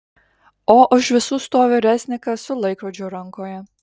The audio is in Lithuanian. o už visų stovi reznikas su laikrodžiu rankoje